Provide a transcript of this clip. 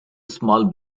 small